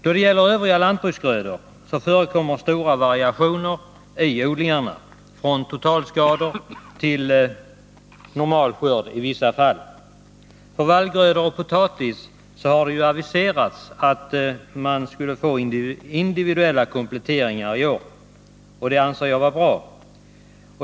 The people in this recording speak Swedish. Då det gäller övriga lantbruksgrödor förekommer stora variationer i odlingarna, från totalskador till normal skörd i vissa fall. För vallgrödor och potatis har det ju aviserats att man skulle få individuella kompletteringar i år, och det anser jag vara bra.